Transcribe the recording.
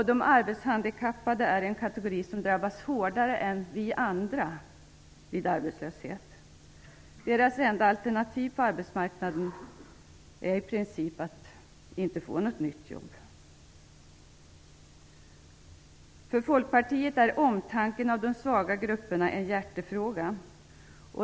De arbetshandikappade är en kategori som drabbas hårdare än vi andra vid arbetslöshet. Deras enda alternativ på arbetsmarknaden är i princip att bli utan jobb. För Folkpartiet är omtanken om de svaga grupperna en hjärtefråga.